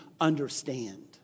understand